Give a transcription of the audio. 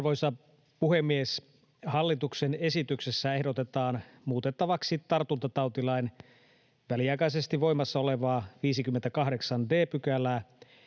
Arvoisa puhemies! Hallituksen esityksessä ehdotetaan muutettavaksi tartuntatautilain väliaikaisesti voimassa olevaa 58 d §:ää